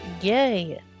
Yay